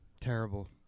Terrible